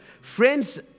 friends